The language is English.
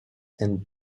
and